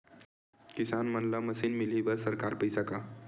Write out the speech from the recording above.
किसान मन ला मशीन मिलही बर सरकार पईसा का?